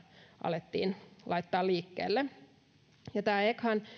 alettiin laittaa liikkeelle tämä echan